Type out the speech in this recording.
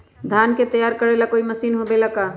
धान के तैयार करेला कोई मशीन होबेला का?